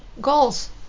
Goals